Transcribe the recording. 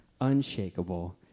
unshakable